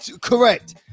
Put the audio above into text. correct